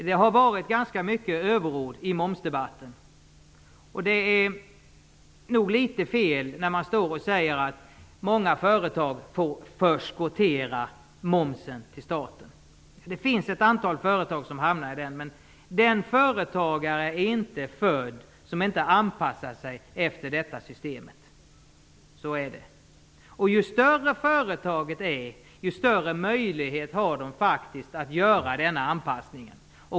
Det har varit ganska mycket överord i momsdebatten, och det är nog litet fel när man säger att många företag får förskottera momsen till staten. Det finns ett antal företag som hamnar i den situationen, men den företagare är inte född som inte anpassar sig efter detta system. Så är det. Ju större företaget är desto större möjlighet har det att göra denna anpassning.